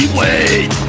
wait